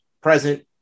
present